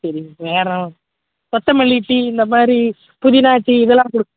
சரி வேறு கொத்தமல்லி டீ இந்த மாதிரி புதினா டீ இதெல்லாம் கொடு